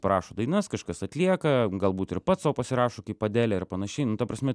parašo dainas kažkas atlieka galbūt ir pats sau pasirašo kaip adelė ir panašiai nu ta prasme